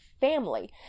family